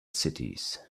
cities